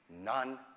None